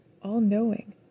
all-knowing